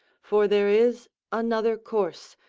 for there is another course,